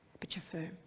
but you're firm.